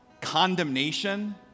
condemnation